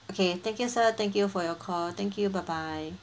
okay thank you sir thank you for your call thank you bye bye